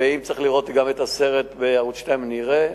ואם צריך לראות גם את הסרט בערוץ-2 אני אראה.